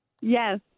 Yes